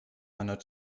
meiner